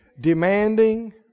demanding